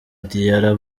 diarra